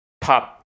pop